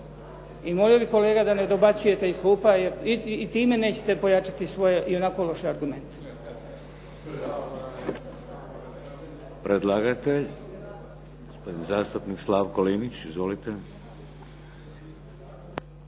I molio bih kolega da ne dobacujete klupa, i time nećete pojačati svoje i onako loše argumente.